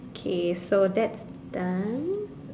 okay so that's done